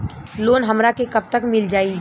Loan हमरा के कब तक मिल जाई?